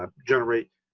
ah generate